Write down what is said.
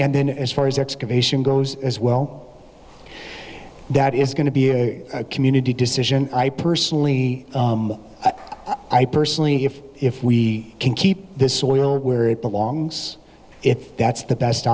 and then as far as excavation as well that is going to be a community decision i personally i personally if if we can keep this oil where it belongs if that's the best